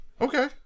Okay